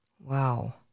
Wow